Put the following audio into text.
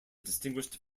distinguished